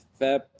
Feb